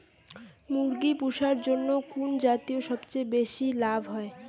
মুরগি পুষার জন্য কুন জাতীয় সবথেকে বেশি লাভ হয়?